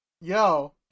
Yo